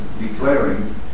declaring